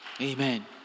Amen